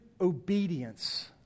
obedience